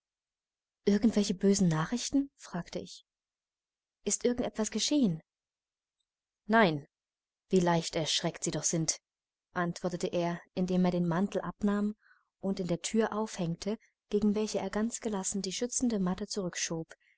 welche böse nachrichten fragte ich ist irgend etwas geschehen nein wie leicht erschreckt sie doch sind antwortete er indem er den mantel abnahm und in der thür aufhängte gegen welche er ganz gelassen die schützende matte